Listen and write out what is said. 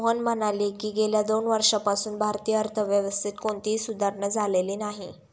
मोहन म्हणाले की, गेल्या दोन वर्षांपासून भारतीय अर्थव्यवस्थेत कोणतीही सुधारणा झालेली नाही